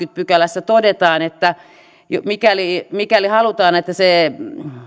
pykälässä todetaan että mikäli mikäli halutaan että se